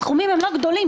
הסכומים הם לא גדולים.